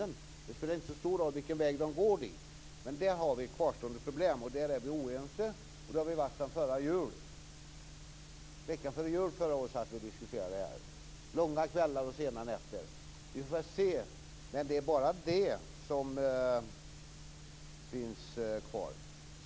Det spelar inte så stor roll vilken väg de går. Där har vi kvarstående problem, och där är vi oense. Det har vi varit sedan förra julen. Veckan före jul förra året satt vi och diskuterade detta långa kvällar och sena nätter. Men det är bara det som är kvar.